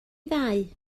ddau